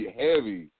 heavy